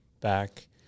back